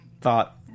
thought